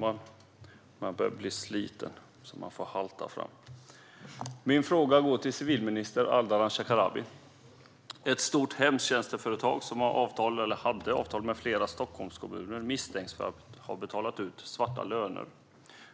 Herr talman! Min fråga går till civilminister Ardalan Shekarabi. Ett stort hemtjänstföretag som hade avtal med flera Stockholmskommuner misstänks för att ha betalat ut svarta löner,